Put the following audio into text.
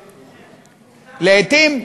לעתים,